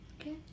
Okay